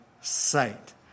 sight